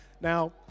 Now